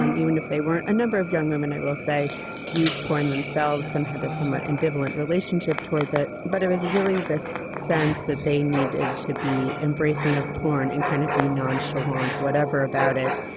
um even they weren't a number of young women. i will say use porn themselves. some had a somewhat ambivalent relationship toward that, but it was really this sense that they needed to be embracing of porn and kind of be nonchalant, whatever about it.